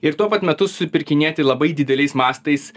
ir tuo pat metu supirkinėti labai dideliais mastais